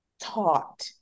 taught